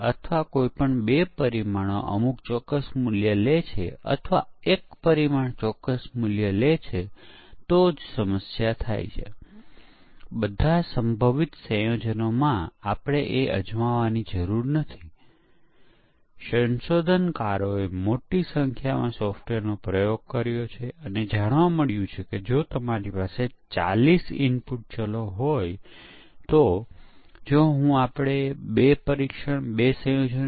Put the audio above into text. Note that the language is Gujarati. અહીં પરીક્ષણના કિસ્સામાં આપણે પરીક્ષણ કેસની સ્થિતિ લખીએ છીએ સોફ્ટવેરનું સ્ટેટ માટે પુસ્તક બનાવવામાં આવ્યું છે અને તેનો રેકોર્ડ બનાવવામાં આવ્યો છે અને તે પછી તે પુસ્તક કોઈ સભ્યને જારી કરવામાં આવ્યું છે તેથી તે એક સ્ટેટ છે જેમાં ઇનપુટ ડેટા પરીક્ષણ ડેટા લાગુ થવાનો છે